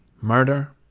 murder